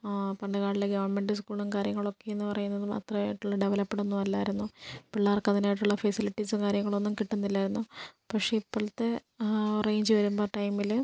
പണ്ടു കാലങ്ങളിലെ ഗവൺമെന്റ് സ്ക്കൂളും കാര്യങ്ങളൊക്കെയെന്നു പറയുന്നതും അത്രയായിട്ടുള്ള ഡെവലപ്പ്ഡ് ഒന്നും അല്ലായിരുന്നു പിള്ളേർക്ക് അതിനായിട്ടുള്ള ഫെസിലിറ്റീസും കാര്യങ്ങളൊന്നും കിട്ടുന്നില്ലായിരുന്നു പക്ഷെ ഇപ്പോഴത്തെ റേഞ്ച് വരുമ്പോൾ ടൈമിൽ